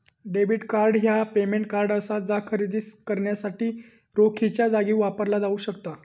debit card ह्या payment card असा जा खरेदी करण्यासाठी रोखीच्यो जागी वापरला जाऊ शकता